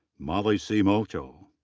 molly c. mochel.